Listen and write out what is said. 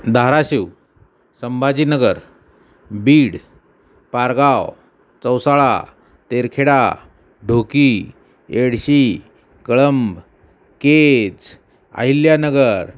धारशिव संभाजीनगर बीड पारगाव चौसाळा तेरखेडा ढोकी येडशी कळंब केच आहिल्यानगर